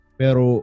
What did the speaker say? pero